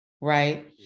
right